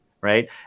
right